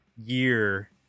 year